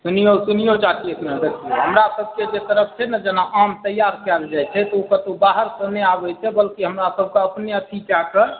सुनिऔ सुनिऔ चाची एक मिनट देखिऔ हमरासबके जे तरफ छै ने जेना आम तैआर कयल जाइत छै तऽ ओ कतहुँ बहारसँ नहि आबैत छै बल्कि हमरासबके अपने अथी कए कऽ